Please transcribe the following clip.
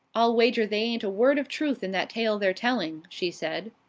i'll wager they ain't a word of truth in that tale they're telling, she said.